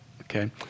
okay